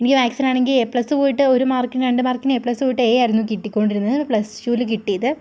എനിക്ക് മാത്സിനാണെങ്കിൽ A plus പോയിട്ട് ഒരു മാർക്കിന് രണ്ട് മാർക്കിന് എ പ്ലസ് പോയിട്ട് എ ആണ് കിട്ടിക്കൊണ്ടിരുന്നത് പ്ലസ് ടുല് കിട്ടിയത്